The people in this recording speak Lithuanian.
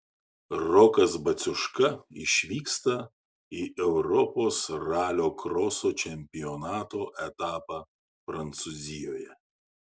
rokas baciuška išvyksta į europos ralio kroso čempionato etapą prancūzijoje